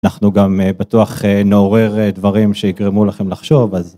אנחנו גם בטוח נעורר דברים שיגרמו לכם לחשוב אז.